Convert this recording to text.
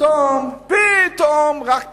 פתאום רק ביקורת.